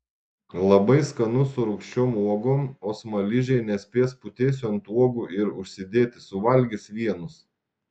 labai skanu su rūgščiom uogom o smaližiai nespės putėsių ant uogų ir užsidėti suvalgys vienus